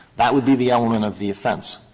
that would be the element of the offense.